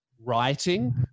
writing